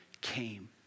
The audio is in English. came